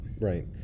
right